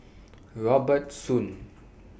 Robert Soon